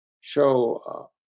show